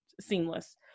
seamless